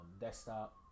Desktop